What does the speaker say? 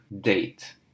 date